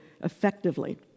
effectively